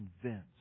convinced